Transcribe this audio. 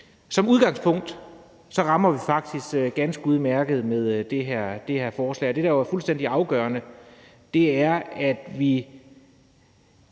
som udgangspunkt, at vi faktisk rammer ganske udmærket med det her forslag. Det, der jo er fuldstændig afgørende, er, at vi